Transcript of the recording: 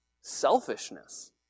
selfishness